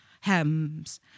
hems